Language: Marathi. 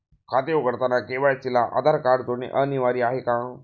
खाते उघडताना के.वाय.सी ला आधार कार्ड जोडणे अनिवार्य आहे का?